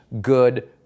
good